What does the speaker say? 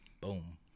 Boom